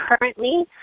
currently